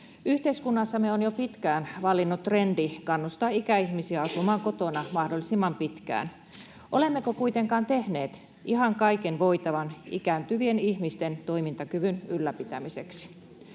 Yhteiskunnassamme on jo pitkään vallinnut trendi kannustaa ikäihmisiä asumaan kotona mahdollisimman pitkään. Olemmeko kuitenkaan tehneet ihan kaiken voitavan ikääntyvien ihmisten toimintakyvyn ylläpitämiseksi?